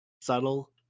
subtle